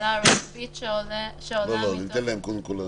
השאלה הרוחבית שעולה מתוך --- ניתן להם קודם כול להציג.